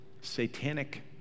satanic